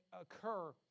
occur